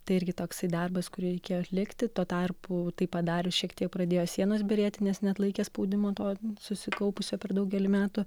tai irgi toks darbas kurį reikėjo atlikti tuo tarpu tai padarius šiek tiek pradėjo sienos byrėti nes neatlaikė spaudimo to susikaupusio per daugelį metų